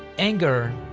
anger,